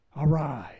Arise